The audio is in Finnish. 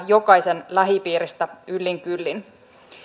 jokaisen lähipiiristä yllin kyllin